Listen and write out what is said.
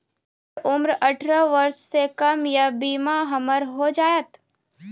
हमर उम्र अठारह वर्ष से कम या बीमा हमर हो जायत?